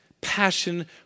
passion